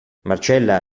marcella